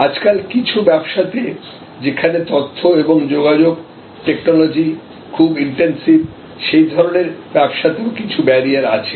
আজকাল কিছু ব্যবসাতে যেখানে তথ্য এবং যোগাযোগ টেকনোলজি খুব ইনটেনসিভ সেই ধরনের ব্যবসাতেও কিছু ব্যারিয়ার আছে